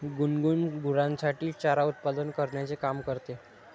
गुनगुन गुरांसाठी चारा उत्पादन करण्याचे काम करते